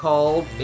Called